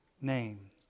name